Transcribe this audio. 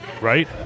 Right